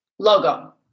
Logo